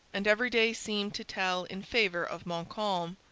and every day seemed to tell in favour of montcalm,